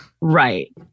Right